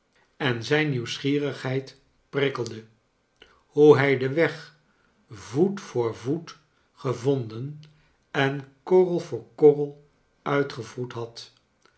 en zijn nieuwsgierigheid prikkelde hoe hij den weg voet voor voet gevonden en korrel voor korrel uitgewroet had